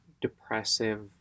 depressive